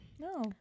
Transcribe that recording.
No